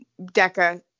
DECA